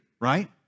right